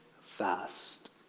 fast